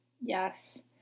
Yes